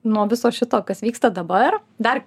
nuo viso šito kas vyksta dabar dar